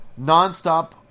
nonstop